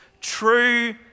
true